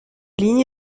ligne